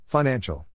Financial